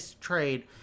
trade